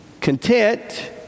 content